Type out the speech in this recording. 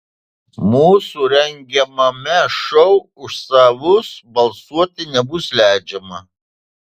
mūsų rengiamame šou už savus balsuoti nebus leidžiama